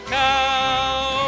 cow